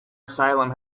asylum